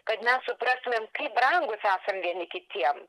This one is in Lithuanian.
kad mes suprastumėm kaip brangūs esam vieni kitiem